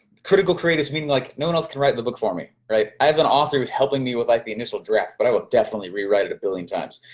critical creatives, meaning like no one else can write the book for me. i have an author who's helping me with like the initial draft, but i will definitely rewrite it a billion times.